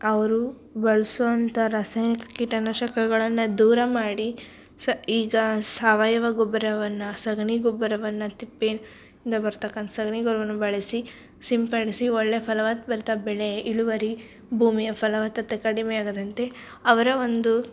ಅವರು ಬಳ್ಸುವಂಥ ರಾಸಾಯನಿಕ ಕೀಟನಾಶಕಗಳನ್ನು ದೂರ ಮಾಡಿ ಸ ಈಗ ಸಾವಯವ ಗೊಬ್ಬರವನ್ನ ಸಗಣಿ ಗೊಬ್ಬರವನ್ನು ತಿಪ್ಪೆಯಿಂದ ಬರತಕ್ಕಂಥ ಸಗಣಿ ಗೊಬ್ಬರವನ್ನ ಬಳಸಿ ಸಿಂಪಡಿಸಿ ಒಳ್ಳೆಯ ಫಲವದ್ಭರಿತ ಬೆಳೆ ಇಳುವರಿ ಭೂಮಿಯ ಫಲವತ್ತತೆ ಕಡಿಮೆ ಆಗದಂತೆ ಅವರ ಒಂದು